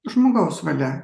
žmogaus valia